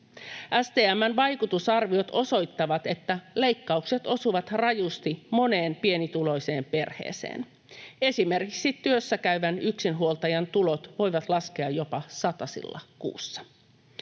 STM:n vaikutusarviot osoittavat, että leikkaukset osuvat rajusti moneen pienituloiseen perheeseen. Esimerkiksi työssäkäyvän yksinhuoltajan tulot voivat laskea jopa satasilla kuussa.